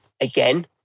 again